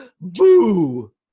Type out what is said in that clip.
Boo